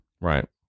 Right